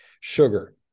Sugar